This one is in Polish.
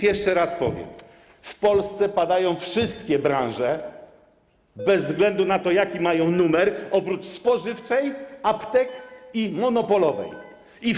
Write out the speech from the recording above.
Jeszcze raz powiem: w Polsce padają wszystkie branże, bez względu na to, jaki mają numer, oprócz spożywczej, monopolowej i aptek.